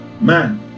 man